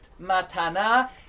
matana